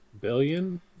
Billion